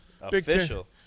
Official